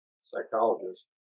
psychologist